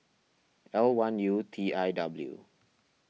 L one U T I W